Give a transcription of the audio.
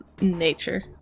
nature